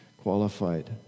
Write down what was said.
qualified